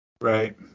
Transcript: Right